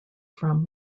from